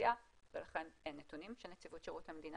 אוכלוסייה ולכן אין נתונים של נציבות שירות המדינה